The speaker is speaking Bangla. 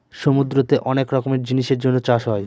সমুদ্রতে অনেক রকমের জিনিসের জন্য চাষ হয়